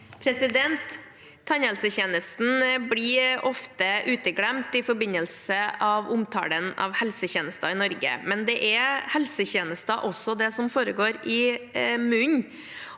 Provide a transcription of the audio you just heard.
Tannhelsetje- nesten blir ofte uteglemt i forbindelse med omtalen av helsetjenester i Norge. Det er helsetjenester også det som foregår i munnen,